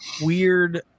weird